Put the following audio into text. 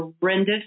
horrendous